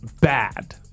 bad